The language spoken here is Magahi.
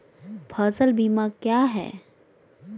फ़सल बीमा क्या है?